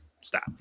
Stop